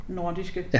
nordiske